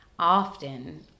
Often